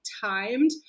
timed